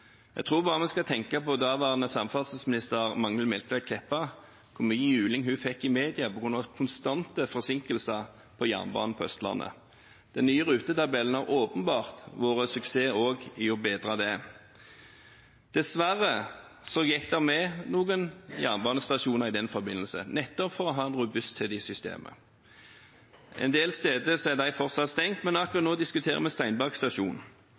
Jeg tror bare vi skal tenke på hvor mye juling daværende samferdselsminister Magnhild Meltveit Kleppa fikk i media på grunn av konstante forsinkelser på jernbanen på Østlandet. Den nye rutetabellen har åpenbart vært en suksess også for å bedre det. Dessverre gikk det med noen jernbanestasjoner i den forbindelse, nettopp for å ha en robusthet i systemet. En del steder er de fortsatt stengt, men